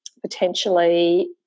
potentially